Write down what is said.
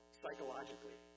psychologically